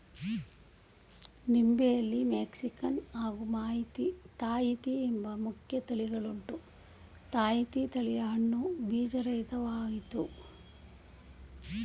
ನಿಂಬೆಯಲ್ಲಿ Mexican ಹಾಗೂ Tahiti ಎಂಬ ಮುಖ್ಯ ತಳಿಗಳುಂಟು ತಾಹಿತಿ ತಳಿಯ ಹಣ್ಣು ಬೀಜರಹಿತ ವಾಗಯ್ತೆ